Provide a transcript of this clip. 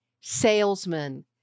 salesman